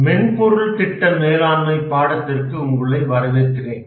மென்பொருள் திட்ட மேலாண்மை பாடத்திற்கு உங்களை வரவேற்கிறேன்